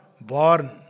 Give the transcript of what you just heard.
born